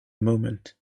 moment